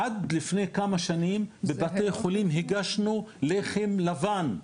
עד לפני כמה שנים בבתי חולים הגשנו לחם לבן,